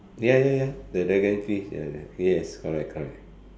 ya ya ya the dragon fish ya yes correct correct